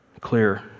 clear